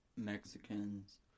Mexicans